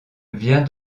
vient